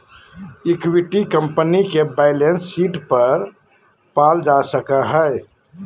equity company के balance sheet पर पाल जा सको हइ